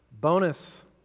Bonus